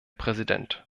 präsident